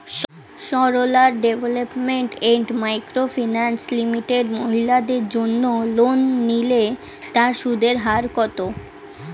Sarala development and micro finance limited মহিলাদের জন্য loan নিলে তার সুদের হার কত?